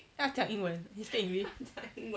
他讲英文 he speak english